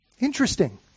Interesting